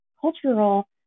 cultural